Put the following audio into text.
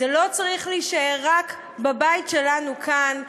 זה לא צריך להישאר רק בבית שלנו כאן,